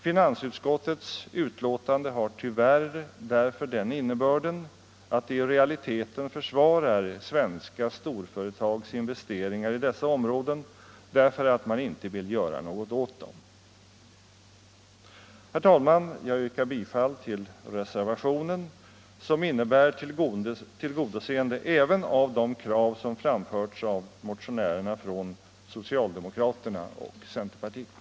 Finansutskottets betänkande har tyvärr därför den innebörden att det i realiteten försvarar svenska storföretags investeringar i dessa områden därför att man inte vill göra något åt dem. Herr talman! Jag yrkar bifall till reservationen, som innebär tillgodoseende även av de krav som framförts av motionärerna från socialdemokraterna och centerpartiet.